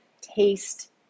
taste